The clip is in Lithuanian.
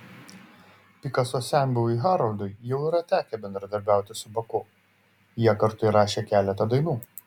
pikaso senbuviui haroldui jau yra tekę bendradarbiauti su baku jie kartu įrašė keletą dainų